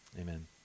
Amen